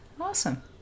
Awesome